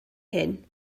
hyn